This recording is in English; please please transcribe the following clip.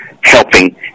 helping